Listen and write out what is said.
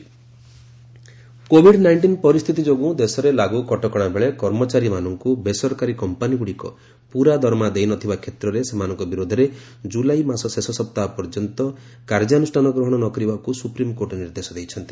SC Covid nineteen ପରିସ୍ଥିତି ଯୋଗୁଁ ଦେଶରେ ଲାଗୁ କଟକଶା ବେଳେ କର୍ମଚାରୀମାନଙ୍କୁ ବେସରକାରୀ କମ୍ପାନିଗୁଡ଼ିକ ପ୍ରରା ଦରମା ଦେଇ ନଥିବା କ୍ଷେତ୍ରରେ ସେମାନଙ୍କ ବିରୋଧରେ ଜୁଲାଇ ମାସ ଶେଷ ସପ୍ତାହ ପର୍ଯ୍ୟନ୍ତ କୌଣସି କାର୍ଯ୍ୟାନୁଷ୍ଠାନ ଗ୍ରହଣ ନ କରିବାକୁ ସୁପ୍ରିମକୋର୍ଟ ନିର୍ଦ୍ଦେଶ ଦେଇଛନ୍ତି